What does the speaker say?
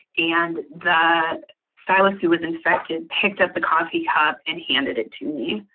and the stylist who was infected picked up the coffee cup and handed it to me,